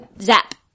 Zap